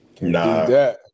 Nah